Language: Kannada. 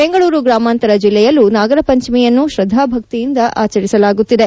ಬೆಂಗಳೂರು ಗ್ರಾಮಾಂತರ ಜಿಲ್ಲೆಯಲ್ಲೂ ನಾಗರಪಂಚಮಿಯನ್ನು ಶ್ರದ್ದಾ ಭಕ್ತಿಯಿಂದ ಆಚರಿಸಲಾಗುತ್ತಿದೆ